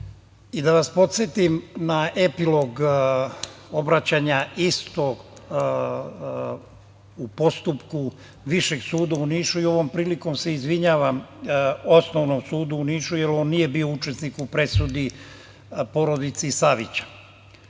i da vas podsetim na epilog obraćanja istog u postupku Višeg suda u Nišu i ovom prilikom se izvinjavam Osnovnom sudu u Nišu jer on nije bio učesnik u presudi porodici Savić.